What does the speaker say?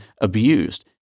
abused